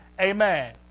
Amen